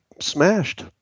smashed